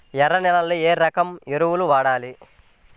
ఎర్ర నేలలో ఏ రకం ఎరువులు వాడాలి?